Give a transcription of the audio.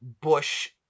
Bush